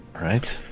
Right